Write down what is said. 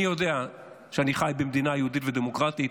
אני יודע שאני חי במדינה יהודית ודמוקרטית,